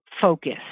focus